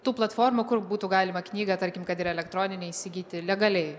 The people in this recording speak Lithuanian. tų platformų kur būtų galima knygą tarkim kad ir elektroninę įsigyti legaliai